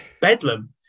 bedlam